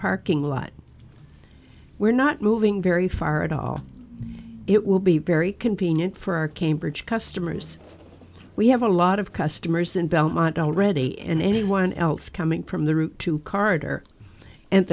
parking lot we're not moving very far at all it will be very convenient for our cambridge customers we have a lot of customers in belmont already and anyone else coming from the route two corridor and